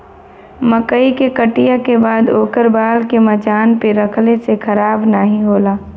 मकई के कटिया के बाद ओकर बाल के मचान पे रखले से खराब नाहीं होला